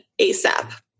ASAP